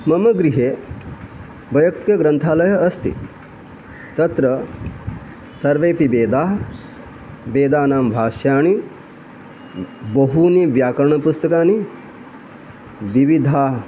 मम गृहे वैयक्तिकः ग्रन्थालयः अस्ति तत्र सर्वेपि वेदाः वेदानां भाष्याणि बहूनि व्याकरणपुस्तकानि विविधाः